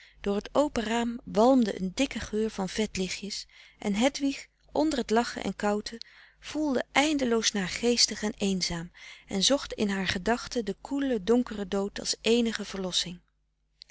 door t open raam walmde een dikke geur van vetlichtjes en hedwig onder t lachen en kouten voelde eindeloos naargeestig en eenzaam en zocht in haar gedachten den koelen donkeren dood als